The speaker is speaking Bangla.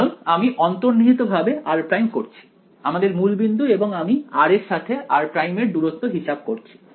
কারণ আমি অন্তর্নিহিতভাবে r' করছি আমাদের মূলবিন্দু এবং আমি r এর সাথে r' এর দূরত্ব হিসাব করছি